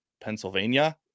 Pennsylvania